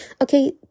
Okay